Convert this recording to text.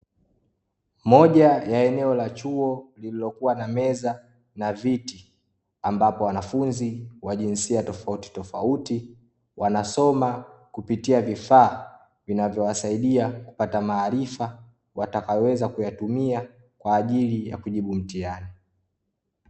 Moja ya eneo la chuo lililokuwa na meza na viti ambapo wanafunzi wa jinsia tofauti tofauti, wanasoma kupitia vifaa vinavyowasaidia kupata maarifa watakayoweza kuyatumia kwa ajili ya kujibu mtihani.